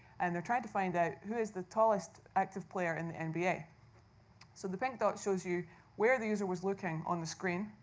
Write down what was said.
and they are trying to find out, who is the tallest active player in the and nba. so the pink dot shows you where the user was looking on the screen.